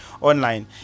online